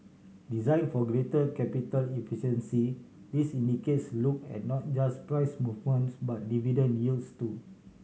design for greater capital efficiency this indices look at not just price movements but dividend yields too